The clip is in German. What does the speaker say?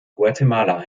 guatemala